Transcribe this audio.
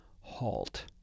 halt